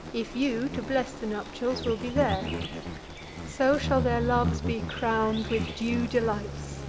if you, to bless the nuptials, will be there so shall their loves be crown'd with due delights,